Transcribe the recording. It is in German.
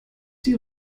die